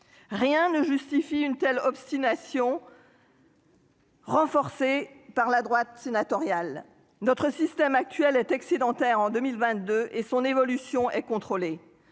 Rien ne justifie une telle obstination. Renforcé par la droite sénatoriale, notre système actuel est excédentaire en 2022 et son évolution et contrôlé